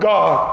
God